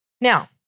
Now